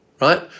right